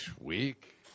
Week